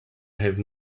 have